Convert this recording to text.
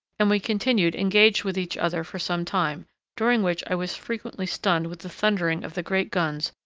and we continued engaged with each other for some time during which i was frequently stunned with the thundering of the great guns,